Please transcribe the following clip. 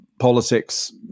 politics